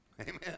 Amen